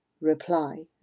reply